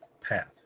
path